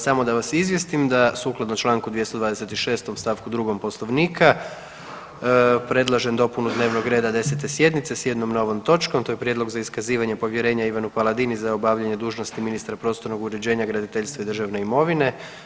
Samo da vas izvijestim da sukladno čl. 226 st. 2 Poslovnika predlažem dopunu dnevnog reda 10. sjednice s 1 novom točkom, to je Prijedlog za iskazivanje povjerenje Ivanu Paladini za obavljanje dužnosti ministra prostornog uređenja, graditeljstva i državne imovine.